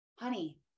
Honey